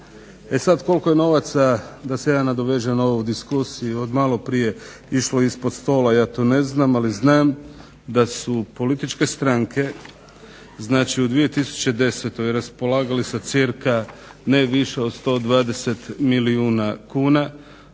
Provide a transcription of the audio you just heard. E sad koliko je novaca da se ja nadovežem na ovu diskusiju od malo prije išlo ispod stola ja to ne znam, ali znam da su političke stranke znači u 2010. raspolagali sa cirka ne više od 120 milijuna kuna